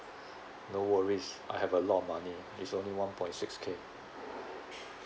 on worries I have a lot of money it's only one point six K